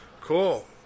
Cool